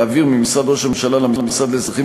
להעביר ממשרד ראש הממשלה למשרד לאזרחים